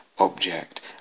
object